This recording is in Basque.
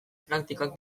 praktikak